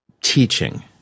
teaching